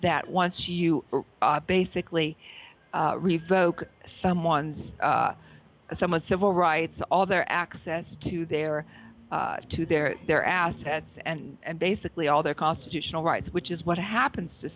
that once you basically revoke someone's someone's civil rights all their access to their to their their assets and basically all their constitutional rights which is what happens to